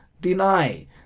deny